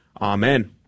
Amen